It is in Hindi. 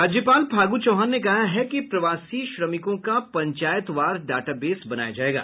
राज्यपाल फागू चौहान ने कहा है कि प्रवासी श्रमिकों का पंचायतवार डाटाबेस बनाया जायेगा